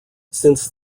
since